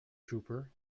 trooper